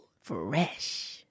Fresh